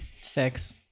Six